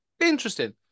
Interesting